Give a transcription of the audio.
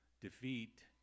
defeat